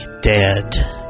dead